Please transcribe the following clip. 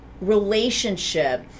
relationship